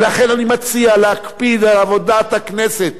ולכן אני מציע להקפיד על עבודת הכנסת,